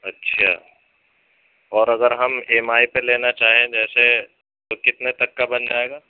اچھا اور اگر ہم ای ایم آئی پہ لینا چاہیں جیسے تو کتنے تک کا بن جائے گا